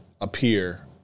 appear